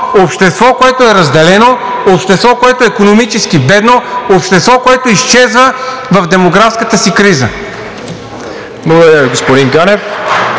общество, което е разделено, общество, което е икономически бедно, общество, което изчезва в демографската си криза. ПРЕДСЕДАТЕЛ